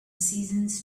seasons